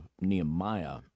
Nehemiah